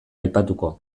aipatuko